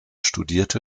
studierte